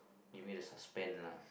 give me the suspend lah